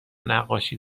نقاشی